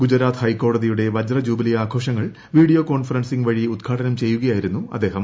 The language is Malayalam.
ഗുജറാത്ത് ഹൈക്കോടതിയുടെ വജ്ജുബിലി ആഘോഷങ്ങൾ വീഡിയോ കോൺഫറൻസിംഗ് വഴി ഉത്ഘാടനം ചെയ്യുകയായിരുന്നു അദ്ദേഹം